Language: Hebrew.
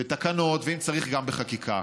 בתקנות, ואם צריך, גם בחקיקה.